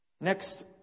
Next